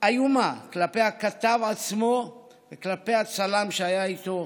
איומה כלפי הכתב עצמו וכלפי הצלם שהיה איתו,